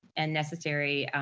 and necessary